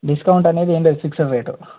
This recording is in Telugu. డిస్కౌంట్ అనేది ఏమి లేదు ఫిక్స్డ్ రేటు